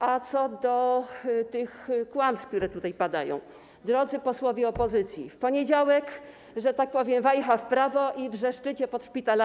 A co do kłamstw, które tutaj padają, drodzy posłowie opozycji, w poniedziałek, że tak powiem, wajcha w prawo i wrzeszczycie pod szpitalami.